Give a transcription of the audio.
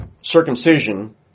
circumcision